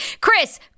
Chris